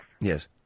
Yes